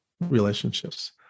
relationships